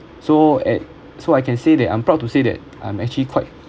so at so I can say that I'm proud to say that I'm actually quite